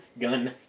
gun